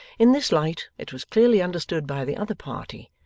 in this light it was clearly understood by the other party,